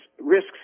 risks